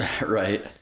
right